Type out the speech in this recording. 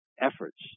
efforts